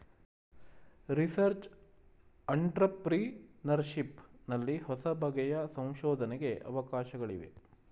research entrepreneurship ನಲ್ಲಿ ಹೊಸಬಗೆಯ ಸಂಶೋಧನೆಗೆ ಅವಕಾಶಗಳಿವೆ